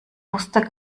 wusste